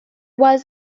was